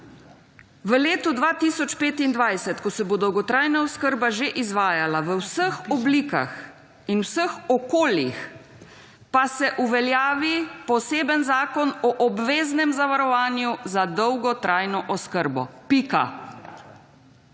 »V letu 2025, ko se bo dolgotrajna oskrba že izvajala v vseh oblikah in v vseh okoljih pa se uveljavi poseben Zakon o obveznem zavarovanju za dolgotrajno oskrbo.« pika.